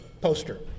poster